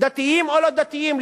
דתיים או לא דתיים,